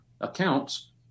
accounts